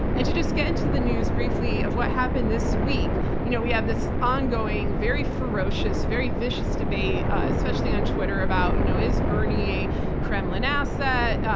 and to just get into the news briefly of what happened this week, you know we have this ongoing, very ferocious, very vicious debate, especially on twitter about you know is bernie kremlin asset?